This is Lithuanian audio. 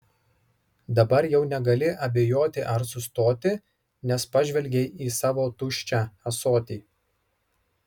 dabar jau negali abejoti ar sustoti nes pažvelgei į savo tuščią ąsotį